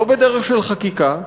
לא בדרך של חקיקה,